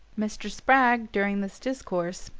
mr. spragg, during this discourse,